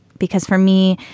because for me,